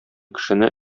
кешене